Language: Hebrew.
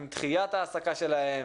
עם דחיית ההעסקה שלהם,